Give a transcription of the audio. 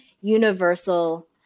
universal